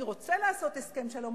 אני רוצה לעשות הסכם שלום,